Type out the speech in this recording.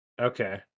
Okay